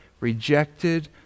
rejected